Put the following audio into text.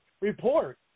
report